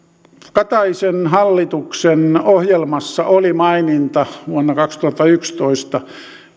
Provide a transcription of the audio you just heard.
kataisen hallituksen ohjelmassa oli maininta vuonna kaksituhattayksitoista